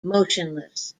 motionless